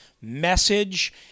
message